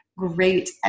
great